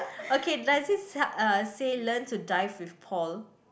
okay does it sa~ uh say learn to dive with Paul